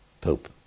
Pope